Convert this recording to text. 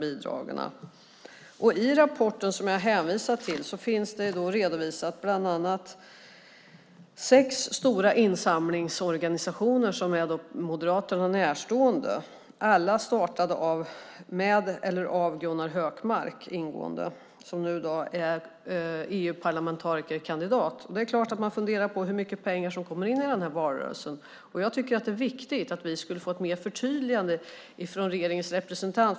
I den rapport som jag hänvisat till redovisas bland annat sex stora insamlingsorganisationer som är Moderaterna närstående - alla startade av, eller också ingår, Gunnar Hökmark som ju nu är EU-parlamentarikerkandidat. Det är klart att man funderar på hur mycket pengar som kommer in i den här valrörelsen. Det är viktigt att få detta mer förtydligat från regeringens representant.